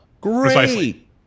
Great